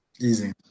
Easy